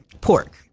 pork